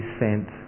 sent